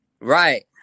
Right